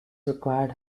required